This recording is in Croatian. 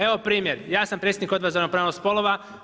Evo primjer, ja sam predsjednik Odbora za ravnopravnost spolova.